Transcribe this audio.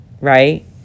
right